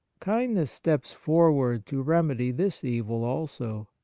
kindness steps forward to remedy this evil also.